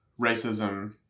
racism